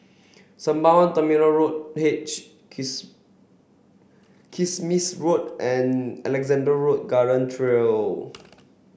Sembawang Terminal Road H Kiss Kismis Road and Alexandra Road Garden Trail